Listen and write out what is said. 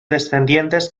descendientes